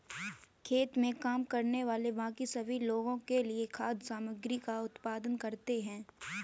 खेत में काम करने वाले बाकी सभी लोगों के लिए खाद्य सामग्री का उत्पादन करते हैं